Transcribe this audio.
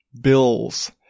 bills